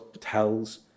tells